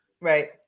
Right